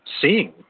seeing